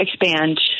expand